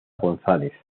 gonzález